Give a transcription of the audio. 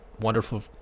wonderful